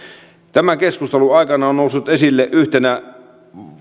tämän keskustelun aikana on noussut esille että yhtenä